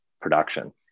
production